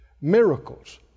miracles